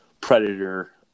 Predator